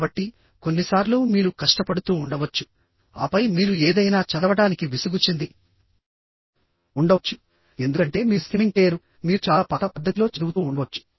కాబట్టి కొన్నిసార్లు మీరు కష్టపడుతూ ఉండవచ్చు ఆపై మీరు ఏదైనా చదవడానికి విసుగు చెంది ఉండవచ్చు ఎందుకంటే మీరు స్కిమ్మింగ్ చేయరు మీరు చాలా పాత పద్ధతిలో చదువుతూ ఉండవచ్చు